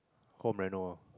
home reno ah